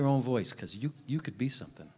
your own voice because you you could be something